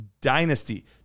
Dynasty